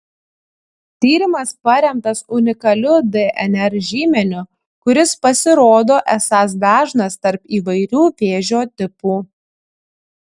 tyrimas paremtas unikaliu dnr žymeniu kuris pasirodo esąs dažnas tarp įvairių vėžio tipų